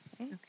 Okay